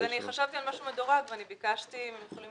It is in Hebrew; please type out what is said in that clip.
חשבתי על משהו מדורג וביקשתי אם הם יכולים